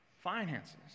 finances